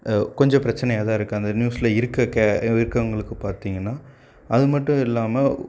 கொஞ்சம் பிரச்சினையா தான் இருக்குது அந்த நியூஸில் இருக்கற கே இருக்கவங்களுக்கு பார்த்தீங்கன்னா அது மட்டும் இல்லாமல்